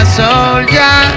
soldier